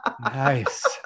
Nice